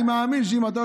אני מאמין שאם אתה,